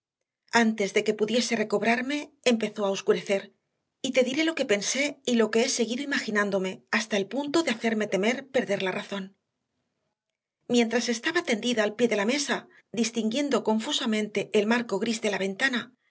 antes de que pudiese recobrarme empezó a oscurecer y te diré lo que pensé y lo que he seguido imaginándome hasta el punto de hacerme temer perder la razón mientras estaba tendida al pie de la mesa distinguiendo confusamente el marco gris de la ventana